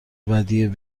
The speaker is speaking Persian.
ودیعه